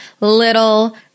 little